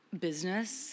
business